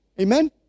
Amen